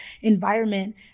environment